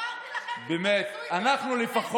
אמרתי לכם, תתקזזו איתי, אנחנו לפחות,